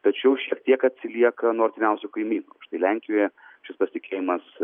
tačiau šiek tiek atsilieka nuo artimiausių kaimynų lenkijoje šis pasitikėjimas